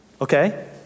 Okay